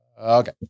Okay